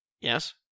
Yes